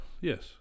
yes